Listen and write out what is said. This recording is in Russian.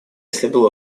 следовало